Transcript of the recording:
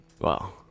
Wow